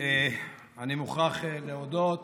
אני מוכרח להודות